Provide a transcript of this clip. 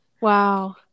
Wow